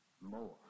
more